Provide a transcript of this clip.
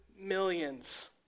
millions